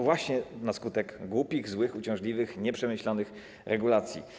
Właśnie na skutek głupich, złych, uciążliwych i nieprzemyślanych regulacji.